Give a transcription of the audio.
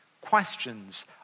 questions